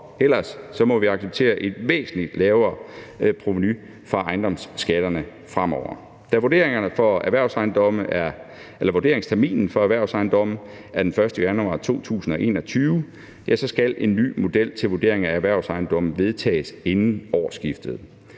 ellers må vi acceptere et væsentlig lavere provenu fra ejendomsskatterne fremover. Da vurderingsterminen for erhvervsejendomme er den 1. januar 2021, skal en ny model til vurderingen af erhvervsejendomme vedtages inden årsskiftet.